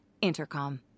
Intercom